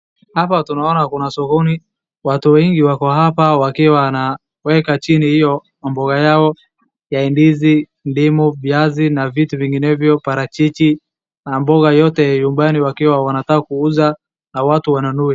Hapa tunaona kuna sokoni. Watu wengi wako hapa wakiwa wanaweka chini hayo mamboga yao ndizi, ndimu, viazi na vitu vingenevyo , parachichi na mboga yoyote ya nyumbani watu wanataka kuuza na watu wanunue.